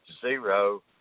Zero